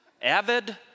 Avid